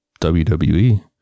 WWE